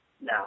No